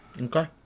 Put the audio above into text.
Okay